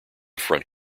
front